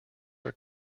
are